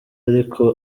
ariko